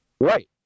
right